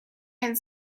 and